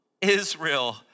Israel